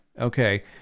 okay